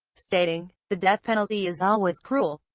stating the death penalty is always cruel,